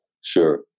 sure